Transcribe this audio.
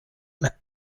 and